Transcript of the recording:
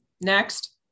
next